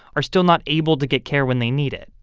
are still not able to get care when they need it.